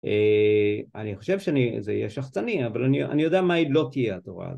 אני חושב שזה יהיה שחצני, אבל אני יודע מה היא לא תהיה התורה הזו